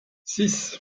six